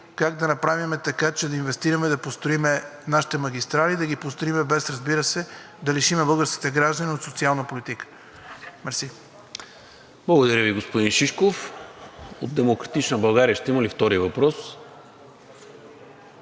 как да направим така, че да инвестираме, да построим нашите магистрали, да ги построим без, разбира се, да лишим българските граждани от социална политика. Мерси. ПРЕДСЕДАТЕЛ НИКОЛА МИНЧЕВ: Благодаря Ви, господин Шишков. От „Демократична България“ ще има ли втори въпрос?